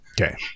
Okay